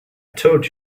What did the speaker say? told